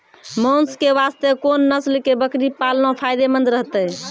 मांस के वास्ते कोंन नस्ल के बकरी पालना फायदे मंद रहतै?